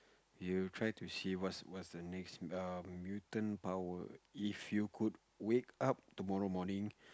you try to see what's what's the next err mutant power if you could wake up tomorrow morning